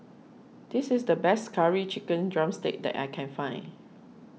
this is the best Curry Chicken Drumstick that I can find